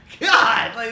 God